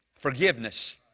Forgiveness